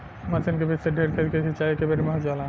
मसीन के विधि से ढेर खेत के सिंचाई एकेबेरे में हो जाला